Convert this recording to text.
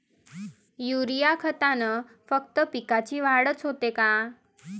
Urea खतानं फक्त पिकाची वाढच होते का?